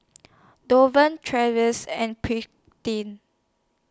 Donavon Tracee and Prudie